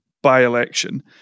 by-election